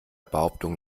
behauptung